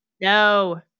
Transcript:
No